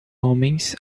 homens